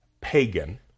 pagan